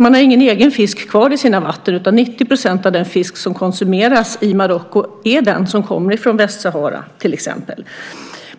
Man har ingen egen fisk kvar i sina vatten, utan 90 % av den fisk som konsumeras i Marocko är den som kommer från Västsahara till exempel.